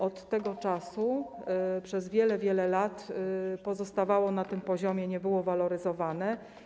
Od tego czasu przez wiele, wiele lat pozostawało na tym poziomie i nie było waloryzowane.